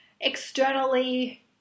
Externally